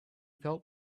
felt